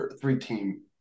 three-team